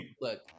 Look